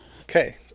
Okay